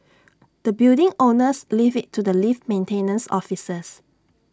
the building owners leave IT to the lift maintenance officers